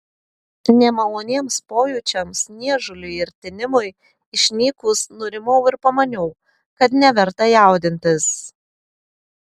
nemaloniems pojūčiams niežuliui ir tinimui išnykus nurimau ir pamaniau kad neverta jaudintis